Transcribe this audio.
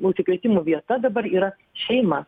užsikrėtimų vieta dabar yra šeima